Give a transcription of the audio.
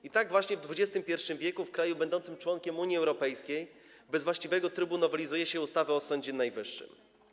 I tak właśnie w XXI w. w kraju będącym członkiem Unii Europejskiej bez właściwego trybu nowelizuje się ustawę o Sądzie Najwyższym.